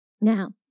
Now